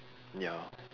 ya